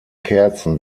kerzen